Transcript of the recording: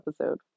episode